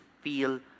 feel